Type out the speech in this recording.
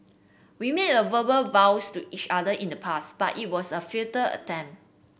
we made a verbal vows to each other in the past but it was a futile attempt